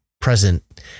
present